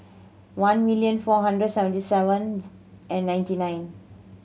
one million four hundred seventy seven and ninety nine